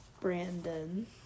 Brandon